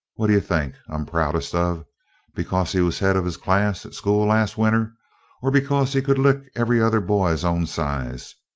what do you think i'm proudest of because he was head of his class at school last winter or because he could lick every other boy his own size?